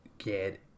get